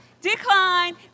Decline